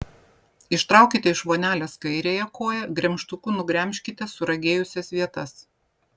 ištraukite iš vonelės kairiąją koją gremžtuku nugremžkite suragėjusias vietas